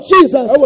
Jesus